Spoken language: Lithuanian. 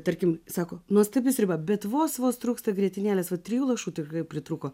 tarkim sako nuostabi sriuba bet vos vos trūksta grietinėlės o trijų lašų tikrai pritrūko